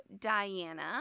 Diana